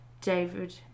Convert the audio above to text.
David